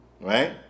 Right